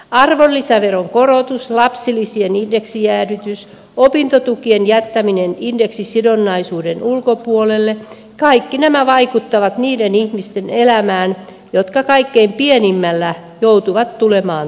arvonlisäveron korotus lapsilisien indeksijäädytys opintotukien jättäminen indeksisidonnaisuuden ulkopuolelle kaikki nämä vaikuttavat niiden ihmisten elämään jotka kaikkein pienimmällä joutuvat tulemaan toimeen